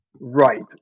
Right